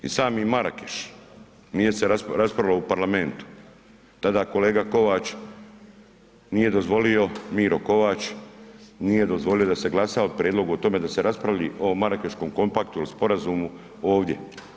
I sami Marakeš, nije se raspravljalo u Parlamentu, tada kolega Kovač nije dozvolio, Miro Kovač, nije dozvolio da se glasa o prijedlogu o tome da se raspravlja o Marakeškom kompaktu ili sporazumu ovdje.